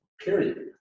period